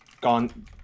gone